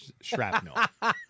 shrapnel